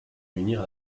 réunir